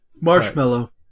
Marshmallow